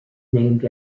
named